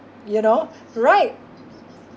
you know right